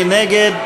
מי נגד?